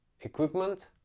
equipment